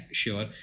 sure